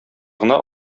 гына